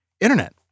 internet